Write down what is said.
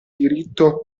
diritto